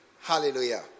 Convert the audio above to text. hallelujah